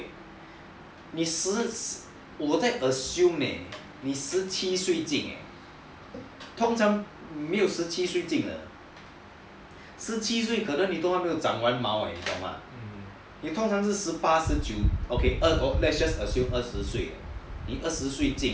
assume leh 你十七岁进通常没有十七岁进的十七岁可能你都还没有长完毛你懂吗你通常十八十九岁进的 okay let's just assume 你二十岁进